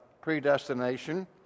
predestination